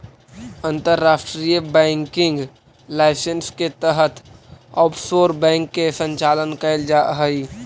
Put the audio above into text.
अंतर्राष्ट्रीय banking licence के तहत ऑफशोर बैंक के संचालन कैल जा हइ